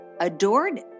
adored